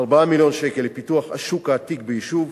4 מיליון שקל לפיתוח השוק העתיק ביישוב,